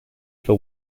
for